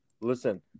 Listen